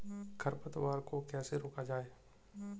खरपतवार को कैसे रोका जाए?